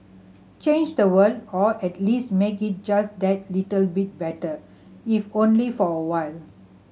change the world or at least make it just that little bit better if only for a while